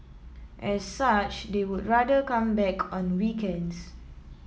as such they would rather come back on weekends